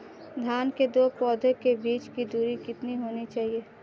धान के दो पौधों के बीच की दूरी कितनी होनी चाहिए?